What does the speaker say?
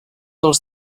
dels